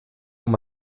also